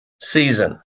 season